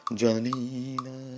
janina